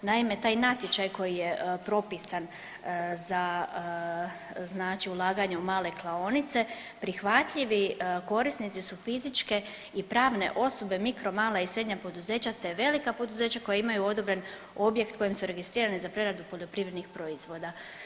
Naime, taj natječaj koji je propisan za ulaganja u male klaonice prihvatljivi korisnici su fizičke i pravne osobe, mikro, mala i srednja poduzeća te velika poduzeća koja imaju odobren objekt kojim su registrirane za preradu poljoprivrednih proizvoda.